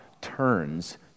turns